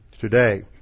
today